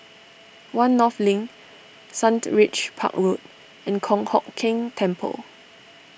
one North Link Sundridge Park Road and Kong Hock Keng Temple